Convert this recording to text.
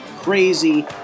crazy